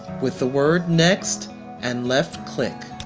with the word next and left click.